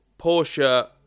Porsche